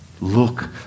look